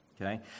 okay